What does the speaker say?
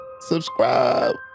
subscribe